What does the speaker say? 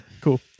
Cool